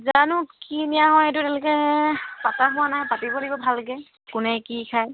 জানো কি নিয়া হয় এইটো এতিয়ালৈকে পতা হোৱা নাই পাতিব লাগিব ভালকৈ কোনে কি খায়